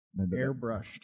Airbrushed